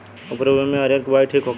उपरी भूमी में अरहर के बुआई ठीक होखेला?